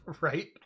Right